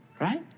right